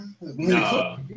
no